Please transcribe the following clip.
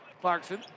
Clarkson